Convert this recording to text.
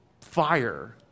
fire